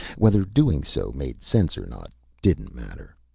whether doing so made sense or not, didn't matter.